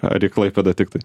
ar į klaipėdą tiktai